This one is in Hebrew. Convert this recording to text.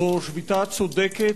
זו שביתה צודקת,